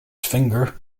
finger